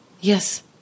yes